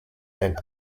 and